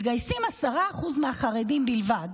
מתגייסים 10% מהחרדים בלבד,